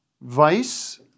Vice